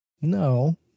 no